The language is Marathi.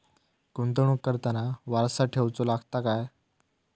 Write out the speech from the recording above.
गुंतवणूक करताना वारसा ठेवचो लागता काय?